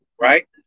Right